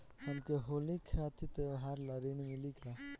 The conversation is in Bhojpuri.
हमके होली खातिर त्योहार ला ऋण मिली का?